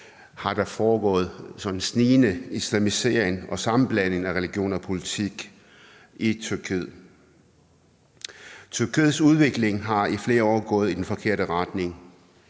har der været en snigende islamisering og sammenblanding af religion og politik i Tyrkiet. Tyrkiets udvikling er i flere år gået i den forkerte retning.